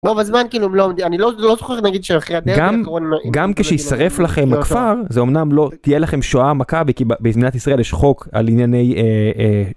בזמן כאילו לא אני לא זוכר להגיד גם גם כשישרף לכם הכפר זה אמנם לא תהיה לכם שואה מכבי כי במדינת ישראל יש חוק על ענייני.